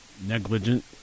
negligent